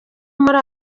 muri